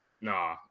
Nah